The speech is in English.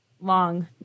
long